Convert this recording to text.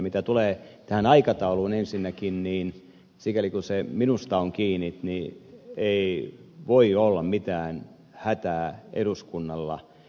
mitä tulee tähän aikatauluun ensinnäkin niin sikäli kun se minusta on kiinni niin ei voi olla mitään hätää eduskunnalla